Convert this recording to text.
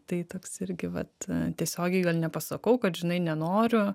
tai toks irgi vat tiesiogiai gal nepasakau kad žinai nenoriu